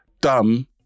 dumb